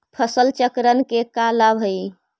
फसल चक्रण के का लाभ हई?